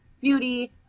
beauty